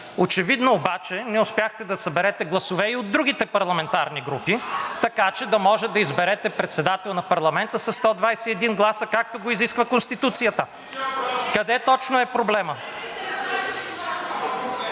Очевидно обаче не успяхте да съберете гласове и от другите парламентарни групи, така че да може да изберете председател на парламента със 121 гласа, както го изисква Конституцията. (Шум и реплики